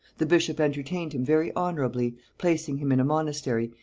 the bishop entertained him very honorably, placing him in a monastery,